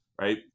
right